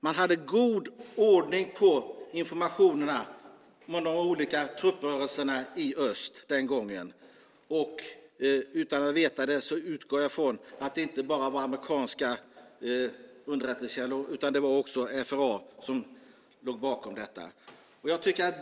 Man hade god ordning på informationerna om de olika trupprörelserna i öst den gången. Utan att veta det utgår jag ifrån att det inte bara kom från amerikanska underrättelsekällor utan även från FRA.